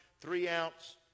three-ounce